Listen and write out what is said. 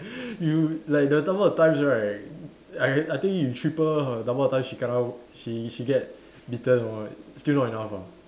you like there's number of times right I I think you triple her number of times she kena she she get beaten or what still not enough ah